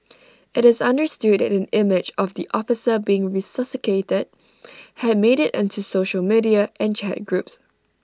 IT is understood that an image of the officer being resuscitated had made IT onto social media and chat groups